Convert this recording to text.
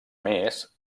més